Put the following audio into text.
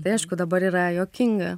tai aišku dabar yra juokinga